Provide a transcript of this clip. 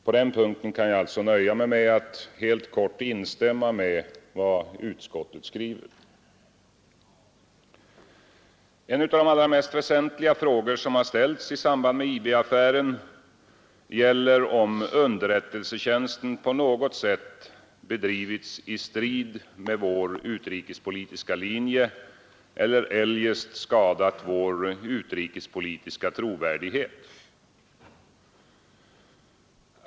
På den här punkten kan jag alltså nöja mig med att helt kort instämma i vad utskottet skriver. En av de allra mest väsentliga frågor som ställts i samband med IB-affären gäller om underrättelsetjänsten på något sätt bedrivits i strid med vår utrikespolitiska linje eller eljest skadat vår utrikespolitiska trovärdighet.